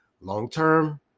long-term